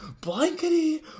blankety